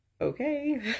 okay